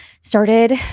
Started